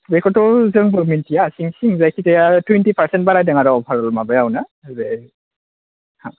बेखौथ' जोंबो मिन्थिया सिं सिं जायखि जाया टुवेन्टि पार्सेन्ट बारायदों आरो अफार माबायावनो जे